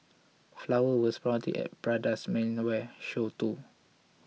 flowers were sprouting at Prada's menswear show too